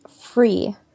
free